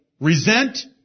resent